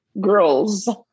girls